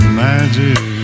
magic